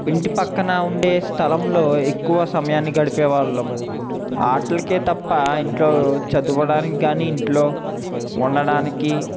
ఇంటి పక్కన ఉండే స్థలంలో ఎక్కువ సమయాన్ని గడిపే వాళ్ళము ఆటలకే తప్ప ఇంట్లో చదవడానికి కానీ ఇంట్లో ఉండడానికి